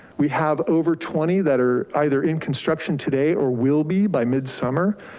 we have over twenty that are either in construction today or will be, by mid-summer.